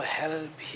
help